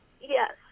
Yes